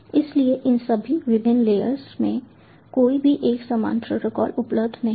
इसलिए इन सभी विभिन्न लेयर्स में कोई भी एक समान प्रोटोकॉल उपलब्ध नहीं है